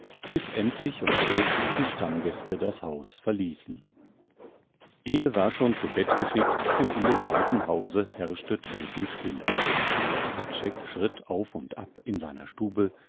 bis endlich um elf die stammgäste das haus verließen ede war schon zu bett geschickt und in dem weiten hause herrschte todesstille hradscheck schritt auf und ab in seiner stube